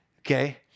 okay